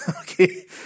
Okay